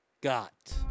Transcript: got